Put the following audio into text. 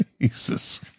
Jesus